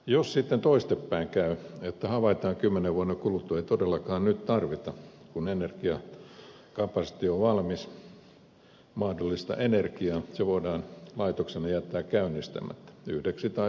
jos sitten toisin päin käy että havaitaan kymmenen vuoden kuluttua ettei todellakaan nyt tarvita mahdollista energiaa kun energiakapasiteetti on valmis ydinvoimala voidaan laitoksena jättää käynnistämättä yhdeksi tai useammaksi vuodeksi